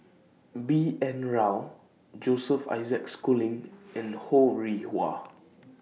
B N Rao Joseph Isaac Schooling and Ho Rih Hwa